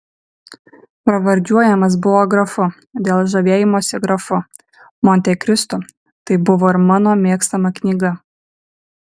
pravardžiuojamas buvo grafu dėl žavėjimosi grafu montekristu tai buvo ir mano mėgstama knyga